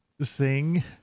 Sing